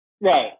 Right